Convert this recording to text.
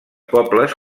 pobles